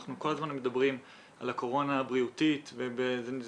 אנחנו כל הזמן מדברים על הקורונה הבריאותית וזה